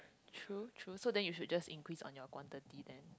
true true so then you should just increase on your quantity then